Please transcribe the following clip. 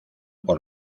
por